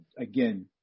again